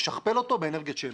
לשכפל אותו באנרגיית שמש.